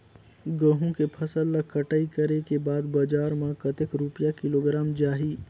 गंहू के फसल ला कटाई करे के बाद बजार मा कतेक रुपिया किलोग्राम जाही?